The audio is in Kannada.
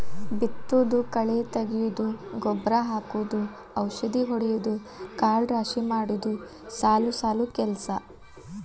ಬಿತ್ತುದು ಕಳೆ ತಗಿಯುದು ಗೊಬ್ಬರಾ ಹಾಕುದು ಔಷದಿ ಹೊಡಿಯುದು ಕಾಳ ರಾಶಿ ಮಾಡುದು ಸಾಲು ಸಾಲು ಕೆಲಸಾ